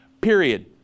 Period